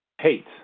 Hate